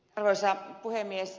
arvoisa puhemies